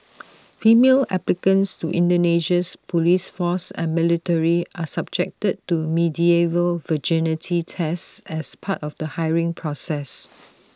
female applicants to Indonesia's Police force and military are subjected to medieval virginity tests as part of the hiring process